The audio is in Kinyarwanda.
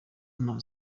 nta